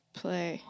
play